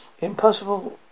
Impossible